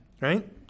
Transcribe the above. right